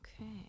Okay